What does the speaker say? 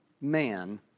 man